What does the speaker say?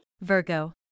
Virgo